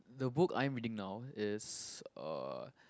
the book I'm reading now is uh